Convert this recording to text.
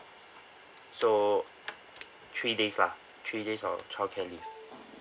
so three days lah three days of childcare leave